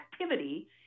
activity